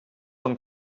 són